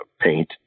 paint